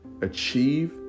achieve